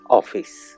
office